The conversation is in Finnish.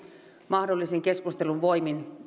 mahdollisin keskustelun voimin